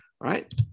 right